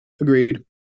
Agreed